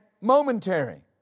momentary